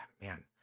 man